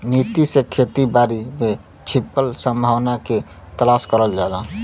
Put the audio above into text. नीति से खेती बारी में छिपल संभावना के तलाश करल जाला